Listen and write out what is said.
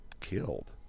killed